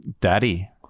daddy